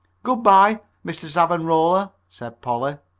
good-by, mr. savanrola, said polly.